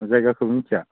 जायगाखौ मिथिया